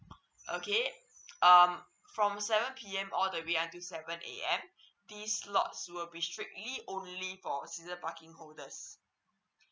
okay um from seven P_M all the way until seven A_M these lots will be strictly only for season parking holders